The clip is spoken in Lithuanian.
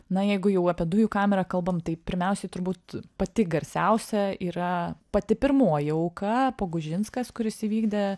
na jeigu jau apie dujų kamerą kalbam tai pirmiausiai turbūt pati garsiausia yra pati pirmoji auka pogužinskas kuris įvykdė